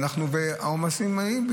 העומסים באים,